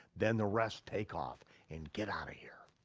then the rest take off and get outta here.